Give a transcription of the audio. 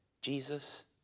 Jesus